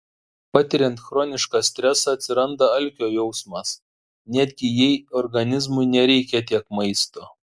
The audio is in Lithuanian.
patiriant chronišką stresą atsiranda alkio jausmas netgi jei organizmui nereikia tiek maisto